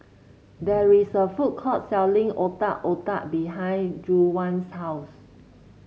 there is a food court selling Otak Otak behind Juwan's house